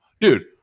dude